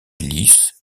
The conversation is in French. lisse